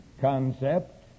concept